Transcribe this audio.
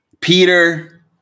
Peter